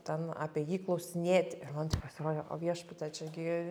ten apie jį klausinėti man taip pasirodė o viešpatie čia gi